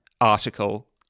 article